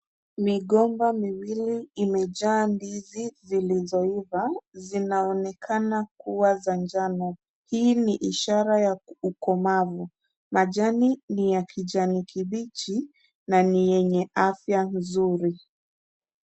Migomba miwili imejaa ndizi zilizoiva, zinaonekana kuwa za njano. Hii ni ishara ya ukomavu. Majani ni ya kijani kibichi na ni yenye afya nzuri.